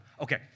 Okay